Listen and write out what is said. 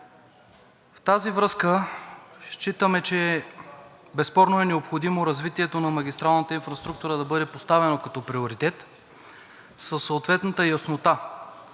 В тази връзка считаме, че безспорно е необходимо развитието на магистралната инфраструктура да бъде поставено като приоритет със съответната яснота